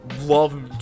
love